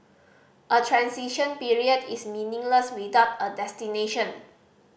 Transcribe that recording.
a transition period is meaningless without a destination